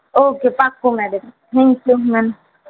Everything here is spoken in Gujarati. ઓકે પાક્કું મૅડમ થૅન્ક યુ મૅમ